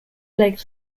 legs